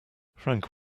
frank